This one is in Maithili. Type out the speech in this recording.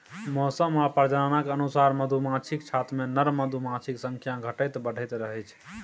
मौसम आ प्रजननक अनुसार मधुमाछीक छत्तामे नर मधुमाछीक संख्या घटैत बढ़ैत रहै छै